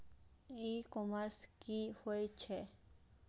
ई commerce की होय छेय?